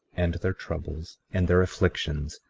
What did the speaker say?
and their troubles, and their afflictions,